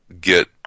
get